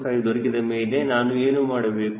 5 ದೊರಕಿದೆ ಮೇಲೆ ನಾನು ಏನು ಮಾಡಬೇಕು